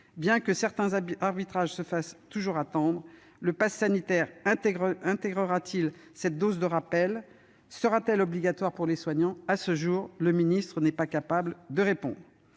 bien que certains arbitrages se fassent toujours attendre. Le passe sanitaire intégrera-t-il cette troisième dose de rappel ? Sera-t-elle obligatoire pour les soignants ? À ce jour, le ministre de la santé n'est pas capable de répondre